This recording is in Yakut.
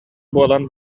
буолан